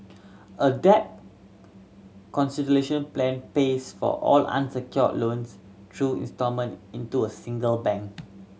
a debt consolidation plan pays for all unsecured loans through instalment in to a single bank